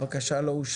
הצבעה הבקשה לא אושרה.